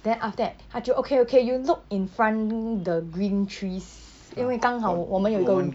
then after that 他就 okay okay you look in front the green trees 因为刚好我们有一个